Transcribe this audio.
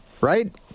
right